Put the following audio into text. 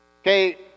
Okay